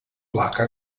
placa